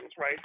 right